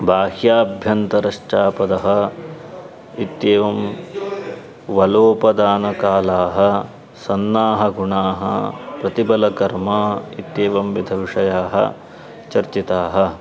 बाह्याभ्यन्तरश्चापदः इत्येवं बलोपदानकालाः सन्नाः गुणाः प्रतिबलकर्मा इत्येवं विविधाः विषयाः चर्चिताः